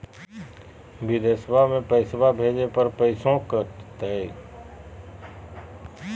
बिदेशवा मे पैसवा भेजे पर पैसों कट तय?